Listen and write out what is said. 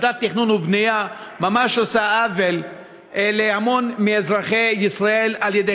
ועדת תכנון ובנייה ממש עושה עוול להמון מאזרחי ישראל על-ידי